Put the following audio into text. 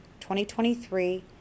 2023